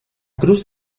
cruz